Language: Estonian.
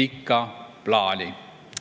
pikka plaani